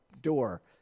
door